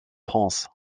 france